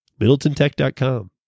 Middletontech.com